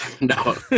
No